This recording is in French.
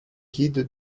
guide